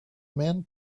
men